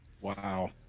Wow